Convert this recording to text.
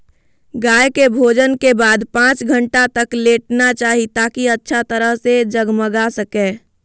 गाय के भोजन के बाद पांच घंटा तक लेटना चाहि, ताकि अच्छा तरह से जगमगा सकै